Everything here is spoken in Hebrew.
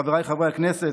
חבריי חברי הכנסת,